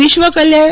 વિશ્વ કલ્યાણ